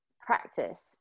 practice